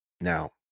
now